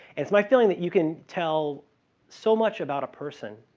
it's my feeling that you can tell so much about a person